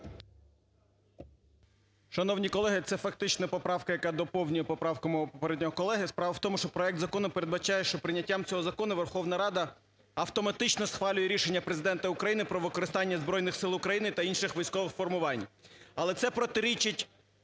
Шановні колеги! Це фактично поправка, яка доповнює поправку мого попереднього колеги. Справа в тому, що проект закону передбачає, що прийняттям цього закону Верховна Рада автоматично схвалює рішення Президента України про використання Збройних Сил України та інших військових формувань. Але це протирічить